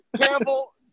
Campbell